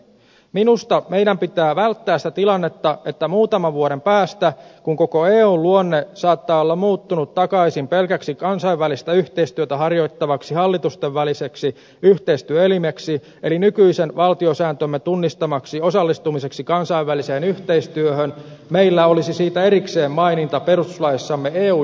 minusta meidän pitää välttää sitä tilannetta että muutaman vuoden päästä kun koko eun luonne on saattanut muuttua takaisin pelkäksi kansainvälistä yhteistyötä harjoittavaksi hallitusten väliseksi yhteistyöelimeksi eli nykyisen valtiosääntömme tunnistamaksi osallistumiseksi kansainväliseen yhteistyöhön meillä olisi siitä erikseen maininta perustuslaissamme eu jäsenyyden muodossa